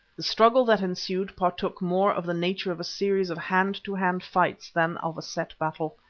the struggle that ensued partook more of the nature of a series of hand-to-hand fights than of a set battle.